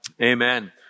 Amen